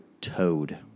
toad